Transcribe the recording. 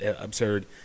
absurd